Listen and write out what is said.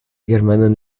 germanan